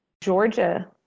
Georgia